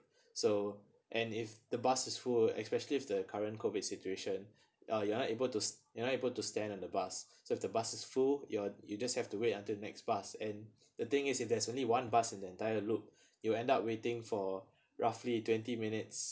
so and if the bus is full especially of the current COVID situation uh you're not able to you're not able to stand on the bus so if the bus is full you're you just have to wait until next bus and the thing is that there's only one bus in the entire loop you end up waiting for roughly twenty minutes